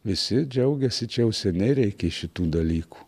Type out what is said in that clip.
visi džiaugiasi čia jau seniai reikia šitų dalykų